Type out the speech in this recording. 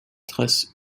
traces